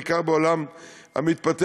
בעיקר בעולם המתפתח,